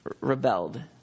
rebelled